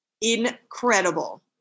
incredible